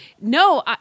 no